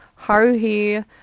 Haruhi